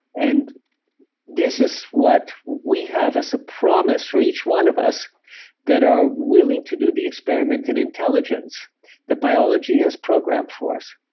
and this is what we have a ah promise for each one of us that are willing to do the experiment in intelligence that biology has programmed for us.